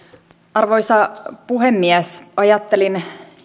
arvoisa puhemies ajattelin